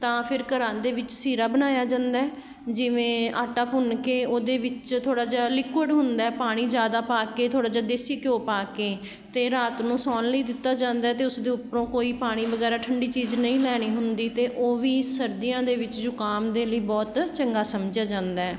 ਤਾਂ ਫਿਰ ਘਰਾਂ ਦੇ ਵਿੱਚ ਸੀਰਾ ਬਣਾਇਆ ਜਾਂਦਾ ਜਿਵੇਂ ਆਟਾ ਭੁੰਨ ਕੇ ਉਹਦੇ ਵਿੱਚ ਥੋੜ੍ਹਾ ਜਿਹਾ ਲਿਕੁਅਡ ਹੁੰਦਾ ਪਾਣੀ ਜ਼ਿਆਦਾ ਪਾ ਕੇ ਥੋੜ੍ਹਾ ਜਿਹਾ ਦੇਸੀ ਘਿਓ ਪਾ ਕੇ ਅਤੇ ਰਾਤ ਨੂੰ ਸੌਣ ਲਈ ਦਿੱਤਾ ਜਾਂਦਾ ਅਤੇ ਉਸਦੇ ਉੱਪਰੋਂ ਕੋਈ ਪਾਣੀ ਵਗੈਰਾ ਠੰਡੀ ਚੀਜ਼ ਨਹੀਂ ਲੈਣੀ ਹੁੰਦੀ ਅਤੇ ਉਹ ਵੀ ਸਰਦੀਆਂ ਦੇ ਵਿੱਚ ਜ਼ੁਕਾਮ ਦੇ ਲਈ ਬਹੁਤ ਚੰਗਾ ਸਮਝਿਆ ਜਾਂਦਾ